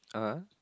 (uh huh)